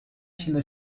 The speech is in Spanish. siendo